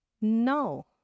no